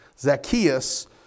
Zacchaeus